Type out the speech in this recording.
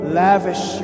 lavish